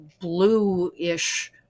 blue-ish